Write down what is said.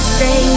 say